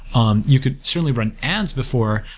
um you could certainly run ads before,